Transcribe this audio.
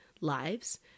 lives